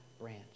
branch